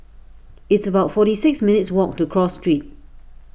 it's about forty six minutes' walk to Cross Street